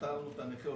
פטרנו את הנכה,